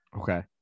Okay